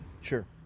Sure